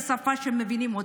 בשפה שמבינים,